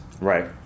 Right